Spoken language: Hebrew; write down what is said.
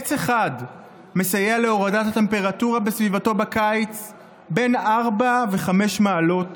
עץ אחד מסייע להורדת טמפרטורה בסביבתו בקיץ בין ארבע לחמש מעלות,